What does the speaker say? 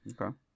Okay